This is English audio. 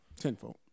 Tenfold